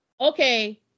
okay